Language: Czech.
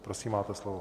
Prosím, máte slovo.